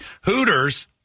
Hooters